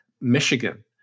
Michigan